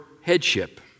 headship